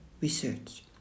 research